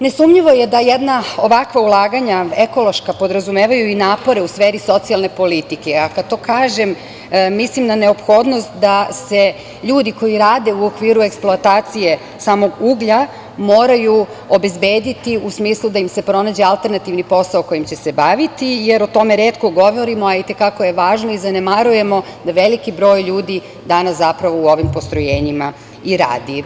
Nesumnjivo je da ovakva ulaganja ekološka podrazumevaju i napore u sferi socijalne politike, a kad to kažem, mislim na neophodnost da se ljudi koji rade u okviru eksploatacije samog uglja moraju obezbediti u smislu da im se pronađe alternativni posao kojim će se baviti, jer o tome retko govorimo, a itekako je važno, i zanemarujemo da veliki broj ljudi danas zapravo u ovim postrojenjima i radi.